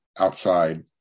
outside